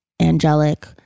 angelic